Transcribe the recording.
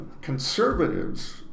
conservatives